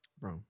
Bro